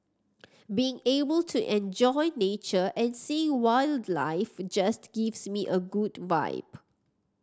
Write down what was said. being able to enjoy nature and seeing wildlife just gives me a good vibe